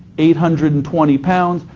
eight hundred and twenty pounds.